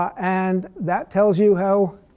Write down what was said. and that tells you how